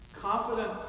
Confident